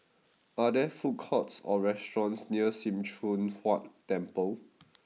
are there food courts or restaurants near Sim Choon Huat Temple